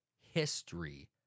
history